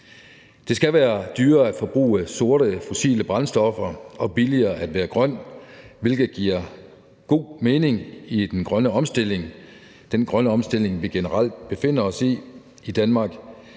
Det skal være dyrere at forbruge sorte, fossile brændstoffer og billigere at være grøn, hvilket giver god mening i forhold til den grønne omstilling – den grønne omstilling, som vi generelt befinder os i i Danmark.